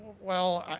well,